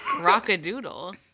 Rock-a-doodle